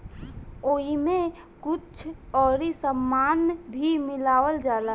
ओइमे कुछ अउरी सामान भी मिलावल जाला